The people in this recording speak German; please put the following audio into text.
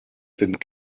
sind